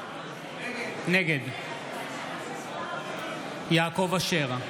נגד יעקב אשר,